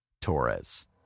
Torres